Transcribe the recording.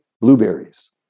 blueberries